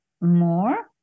more